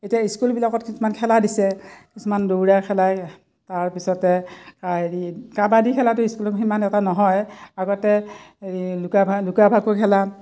এতিয়া স্কুলবিলাকত কিছুমান খেলা দিছে কিছুমান দৌৰা খেলাই তাৰপিছতে হেৰি কাবাডী খেলাটো স্কুলত সিমান এটা নহয় আগতে হেৰি লুকা ভা লুকা ভাকু খেলা